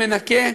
מנקה,